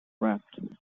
wrapped